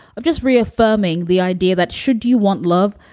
i've just reaffirming the idea that should you want love,